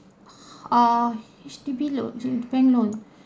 err H_D_B loan bank loan